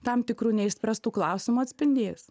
tam tikrų neišspręstų klausimų atspindės